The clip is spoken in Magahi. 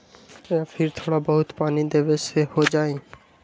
या फिर थोड़ा बहुत पानी देबे से हो जाइ?